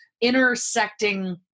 intersecting